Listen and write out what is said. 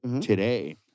today